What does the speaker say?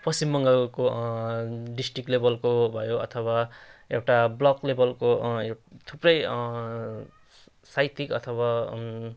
पश्चिम बङ्गालको डिस्ट्रिक्ट लेभलको भयो अथवा एउटा ब्लक लेभलको यो थुप्रै साहित्यिक अथवा